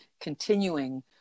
Continuing